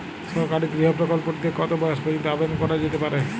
সরকারি গৃহ প্রকল্পটি তে কত বয়স পর্যন্ত আবেদন করা যেতে পারে?